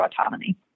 autonomy